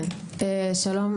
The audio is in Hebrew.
שלום,